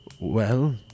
Well